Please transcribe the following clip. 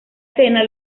escena